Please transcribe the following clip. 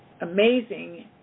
amazing